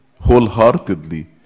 wholeheartedly